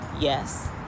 yes